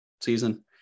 season